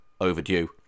overdue